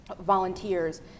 volunteers